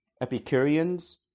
Epicureans